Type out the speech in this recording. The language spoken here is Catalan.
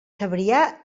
cebrià